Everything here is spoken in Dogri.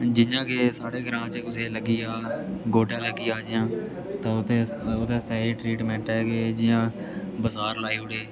जि'यां की साढ़े ग्रांऽ च कुसै ई लग्गी जा गोड्डे लग्गी जा जां ते ओह्दे आस्तै एह् ट्रीटमेंट ऐ जि'यां बसार लाई ओड़े